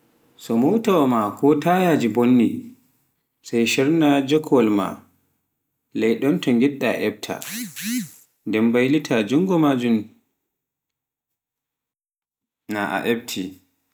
so mootawa maa ko taayaji mbonni, sai shornaa jakwal e len ɗonto ngiɗɗi efta, ndem mbaylita joongo maajum naa un effti.